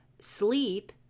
sleep